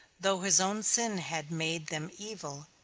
though his own sin had made them evil,